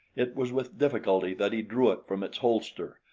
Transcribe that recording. it was with difficulty that he drew it from its holster,